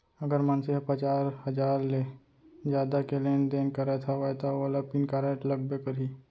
अगर मनसे ह पचार हजार ले जादा के लेन देन करत हवय तव ओला पेन कारड लगबे करही